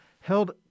held